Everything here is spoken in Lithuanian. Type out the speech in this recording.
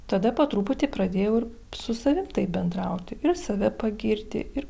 tada po truputį pradėjau ir su savim taip bendrauti ir save pagirti ir